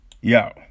yo